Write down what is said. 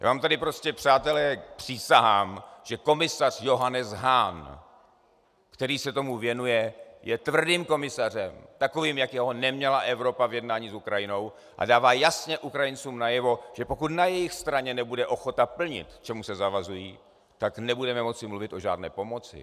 Já vám tady prostě, přátelé, přísahám, že komisař Johannes Hahn, který se tomu věnuje, je tvrdým komisařem, takovým, jakého neměla Evropa v jednání s Ukrajinou, a dává jasně Ukrajincům najevo, že pokud na jejich straně nebude ochota plnit, k čemu se zavazují, tak nebudeme moci mluvit o žádné pomoci.